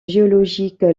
géologique